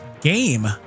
game